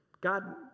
God